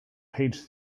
page